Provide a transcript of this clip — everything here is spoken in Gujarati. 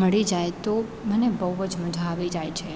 મળી જાય તો મને બહુ જ મજા આવી જાય છે